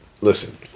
listen